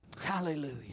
Hallelujah